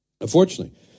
Unfortunately